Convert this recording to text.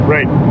Right